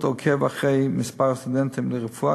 עוקב אחר מספר הסטודנטים לרפואה,